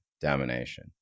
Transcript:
domination